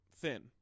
thin